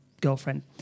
girlfriend